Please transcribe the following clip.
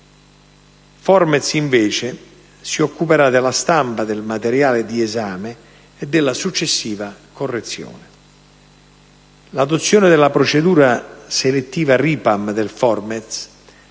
Formez, invece, si occuperà della stampa del materiale di esame e della successiva correzione. L'adozione della procedura selettiva Ripam del Formez,